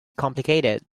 complicated